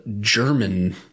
German